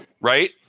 Right